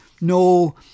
No